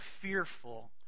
fearful